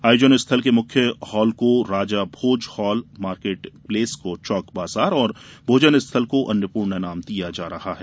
आयोजन स्थल के मुख्य हॉल को Raja Bhoj hall market place को चौक बाजार और भोजन स्थल को अन्नपूर्णा नाम दिया जा रहा है